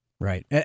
Right